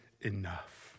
enough